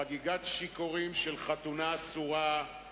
חגיגת שיכורים של חתונה אסורה,